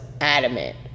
adamant